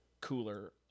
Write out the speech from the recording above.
cooler